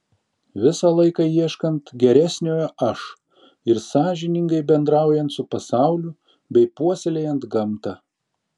visą laiką ieškant geresniojo aš ir sąžiningai bendraujant su pasauliu bei puoselėjant gamtą